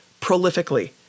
prolifically